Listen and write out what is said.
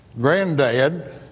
granddad